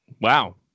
Wow